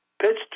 Pitched